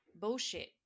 bullshit